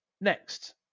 next